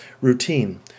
routine